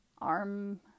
Arm